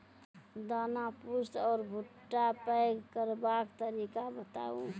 दाना पुष्ट आर भूट्टा पैग करबाक तरीका बताऊ?